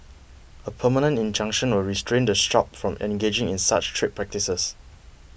a permanent injunction will restrain the shop from engaging in such trade practices